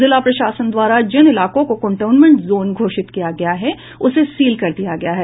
जिला प्रशासन द्वारा जिन इलाके को कंटेनमेंट जोन घोषित किया गया है उसे सील कर दिया गया है